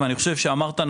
ואני חושב שאמרת נכון,